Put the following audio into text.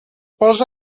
posa